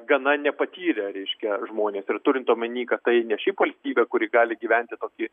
gana nepatyrę reiškia žmonės ir turint omeny kad tai ne šiaip valstybė kuri gali gyventi tokį